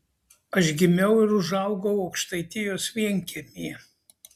aš gimiau ir užaugau aukštaitijos vienkiemyje